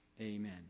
amen